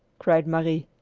cried marie.